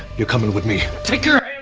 you're coming with me. take your